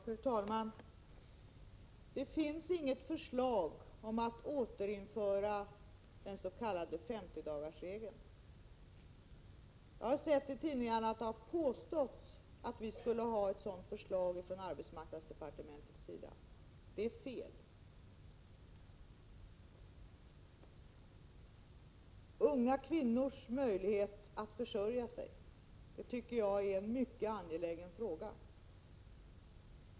Fru talman! Det finns inget förslag om att återinföra den s.k. 50 dagarsregeln. Det har i tidningarna påståtts att vi från arbetsmarknadsdepartementets sida skulle ha för avsikt att framlägga ett sådant förslag — det är fel. Unga kvinnors möjlighet att försörja sig tycker jag är en mycket angelägen sak.